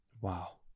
Wow